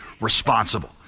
responsible